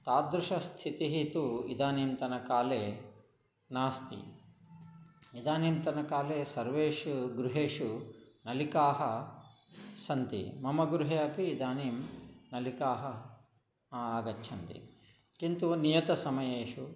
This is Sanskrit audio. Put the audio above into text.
तादृशी स्थितिः तु इदानीन्तनकाले नास्ति इदानीन्तनकाले सर्वेषु गृहेषु नलिकाः सन्ति मम गृहे अपि इदानीं नलिकाः आगच्छन्ति किन्तु नियत समयेषु